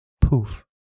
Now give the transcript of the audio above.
poof